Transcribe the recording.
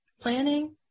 planning